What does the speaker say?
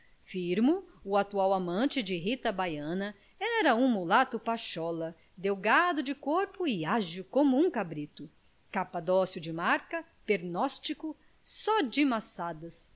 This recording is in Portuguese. firmo o atual amante de rita baiana era um mulato pachola delgado de corpo e ágil como um cabrito capadócio de marca pernóstico só de maçadas